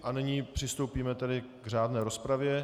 A nyní přistoupíme tedy k řádné rozpravě.